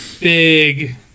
Big